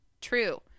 true